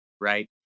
Right